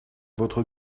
votre